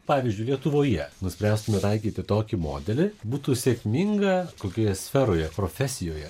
pavyzdžiui lietuvoje nuspręstume taikyti tokį modelį būtų sėkminga kokioje sferoje profesijoje